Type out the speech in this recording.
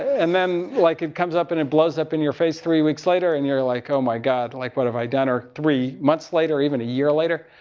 and then like it comes up and it blows up in your face three weeks later. and you're like, oh my god, like what have i done, or three months later, or even a year later.